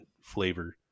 flavor